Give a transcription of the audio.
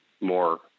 more